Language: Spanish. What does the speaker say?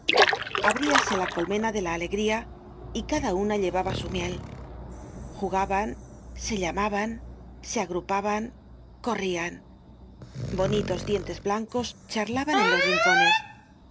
abejas abríase la colmena de la alegría y cada una llevaba su miel jugaban se llamaban se agrupaban corrían bonitos dientes blancos charlaban en los rincones